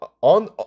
on